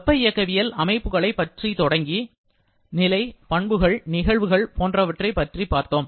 வெப்ப இயக்கவியல் அமைப்புகளை பற்றி தொடங்கி நிலை பண்புகள் நிகழ்வுகள் மற்றும் சாட்சிகளைப் பற்றி பார்த்தோம்